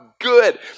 good